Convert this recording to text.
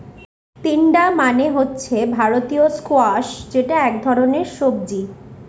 তিনডা মানে হচ্ছে ভারতীয় স্কোয়াশ যেটা এক ধরনের সবজি